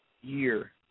year